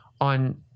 on